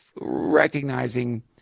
recognizing